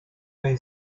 main